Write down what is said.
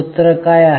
सूत्र काय आहे